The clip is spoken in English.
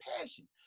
passion